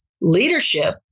leadership